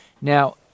Now